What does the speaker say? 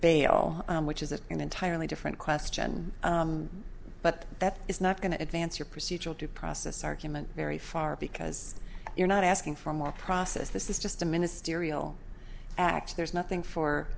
bail which is an entirely different question but that it's not going to advance your procedural due process argument very far because you're not asking for more process this is just a ministerial act there's nothing for